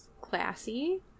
classy